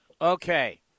Okay